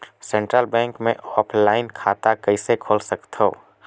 Central bank मे offline खाता कइसे खोल सकथव?